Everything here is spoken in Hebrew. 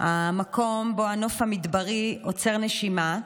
המקום שבו הנוף המדברי עוצר נשימה,